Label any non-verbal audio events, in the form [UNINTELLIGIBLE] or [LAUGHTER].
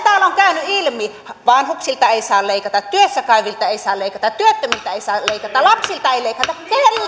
[UNINTELLIGIBLE] täällä on käynyt ilmi vanhuksilta ei saa leikata työssä käyviltä ei saa leikata työttömiltä ei saa leikata lapsilta ei leikata keltään